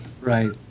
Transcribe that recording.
Right